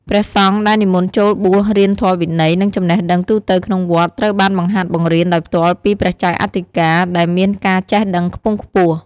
ព្រះសង្ឃដែលនិមន្តចូលបួសរៀនធម៌វិន័យ និងចំណេះដឹងទូទៅក្នុងវត្ត ត្រូវបានបង្ហាត់បង្រៀនដោយផ្ទាល់ពីព្រះចៅអធិការ ដែលមានការចេះដឹងខ្ពង់ខ្ពស់។